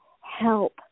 help